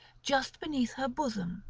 just beneath her bosom,